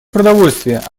продовольствия